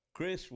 Chris